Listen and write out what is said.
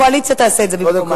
הקואליציה תעשה את זה במקומם.